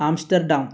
Amsterdam